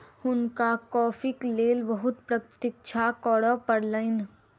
हुनका कॉफ़ीक लेल बहुत प्रतीक्षा करअ पड़लैन